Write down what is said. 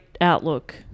outlook